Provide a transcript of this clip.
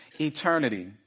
eternity